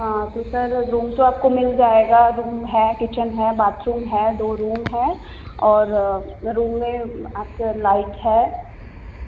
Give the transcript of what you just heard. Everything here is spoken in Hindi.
हाँ तो सर रूम तो आपको मिल जाएगा रूम है किचन है बाथरूम है दो रूम है और रूम में आपके लाइट है